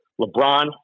LeBron